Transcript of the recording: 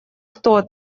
кто